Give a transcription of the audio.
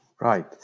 Right